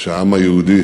שהעם היהודי